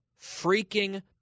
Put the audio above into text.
freaking